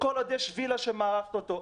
כל עוד יש וילה שמארחת אותו.